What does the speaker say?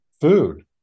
food